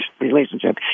relationship